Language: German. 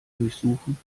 durchsuchen